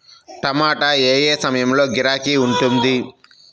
టమాటా ఏ ఏ సమయంలో గిరాకీ ఉంటుంది?